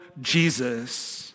Jesus